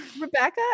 Rebecca